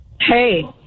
Hey